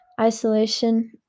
isolation